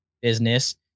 business